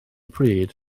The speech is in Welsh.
pryd